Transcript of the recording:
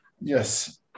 Yes